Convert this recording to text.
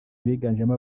abiganjemo